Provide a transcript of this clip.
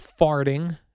Farting